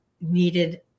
needed